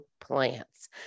plants